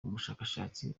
umushakashatsi